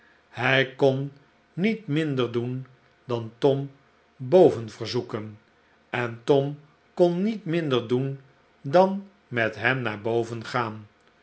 hij kon niet minder doen dan tom boven verzoeken en tom kon niet minder doen dan met hem naar boven gaan